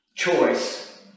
choice